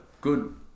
good